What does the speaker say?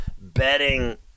betting